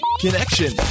connection